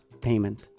payment